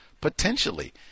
Potentially